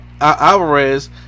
alvarez